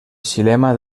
xilema